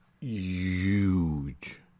huge